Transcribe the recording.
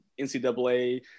NCAA